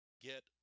get